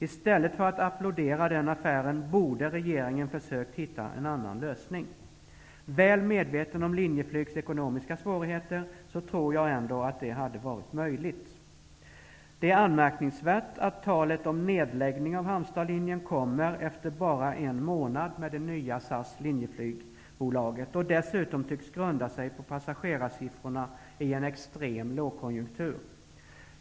I stället för att applådera den affären borde regeringen ha försökt hitta en annan lösning. Väl medveten om Linjeflygs ekonomiska svårigheter tror jag ändå att det hade varit möjligt. Det är anmärkningsvärt att talet om nedläggning av Halmstadlinjen kommer efter bara en månad med det nya SAS/Linjeflyg-bolaget, och att det dessutom tycks grunda sig på passagerarsiffrorna i en extrem lågkonjunktur.